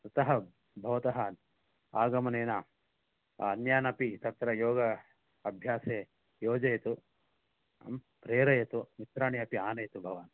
अतः भवतः आगमनेन अन्यानपि तत्र योग अभ्यासे योजयतु आ प्रेरयतु मित्राणि अपि आनयतु भवान्